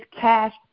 cash